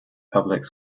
public